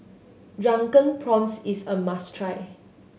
Drunken Prawns is a must try